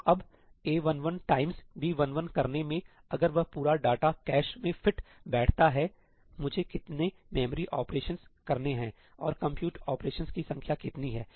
तो अब A11 times B11 करने मेंअगर वह पूरा डेटा कैश में फिट बैठता हैमुझे कितने मेमोरी ऑपरेशन करने हैं और कंप्यूट ऑपरेशनकी संख्या कितनी है